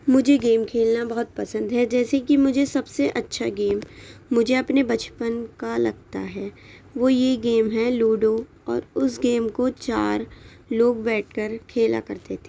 مجھے گیم کھیلنا بہت پسند ہے جیسے کہ مجھے سب سے اچھا گیم مجھے اپنے بچپن کا لگتا ہے وہ یہ گیم ہے لوڈو اور اس گیم کو چار لوگ بیٹھ کر کھیلا کرتے تھے